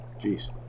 Jeez